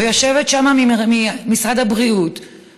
ויושבת שם נציגה ממשרד הבריאות,